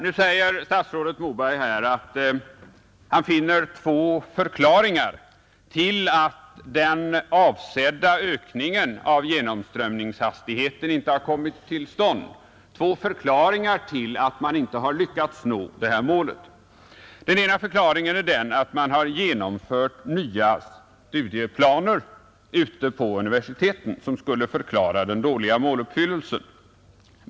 Nu säger statsrådet Moberg att han finner två förklaringar till att den avsedda ökningen av genomströmningshastigheten inte har kommit till stånd och att man därför inte lyckats nå det uppsatta målet. Den ena förklaringen är att man har genomfört nya studieplaner vid universiteten. Det skulle förklara den dåliga måluppfyllelsen.